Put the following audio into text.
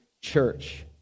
church